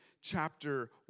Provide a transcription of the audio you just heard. chapter